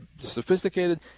sophisticated